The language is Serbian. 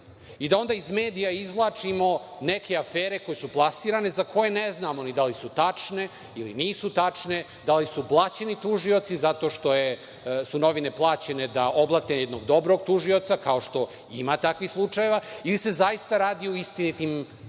i da onda iz medija izvlačimo neke afere koje su plasirane, za koje ne znamo ni da li su tačne ili nisu tačne, da li su plaćeni tužioci, zato što su novine plaćene da oblate jednog dobrog tužioca, kao što ima takvih slučajeva, ili se zaista radi o istinitim